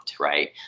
Right